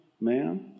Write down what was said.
man